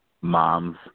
mom's